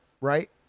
Right